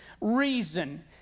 reason